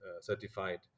certified